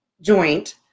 joint